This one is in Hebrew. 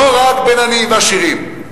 לא רק בין עניים לעשירים,